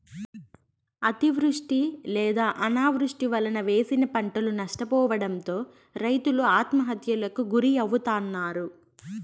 అతివృష్టి లేదా అనావృష్టి వలన వేసిన పంటలు నష్టపోవడంతో రైతులు ఆత్మహత్యలకు గురి అవుతన్నారు